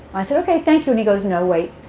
i said, ok, thank you. and he goes, no, wait.